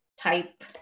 type